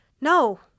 no